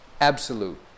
absolute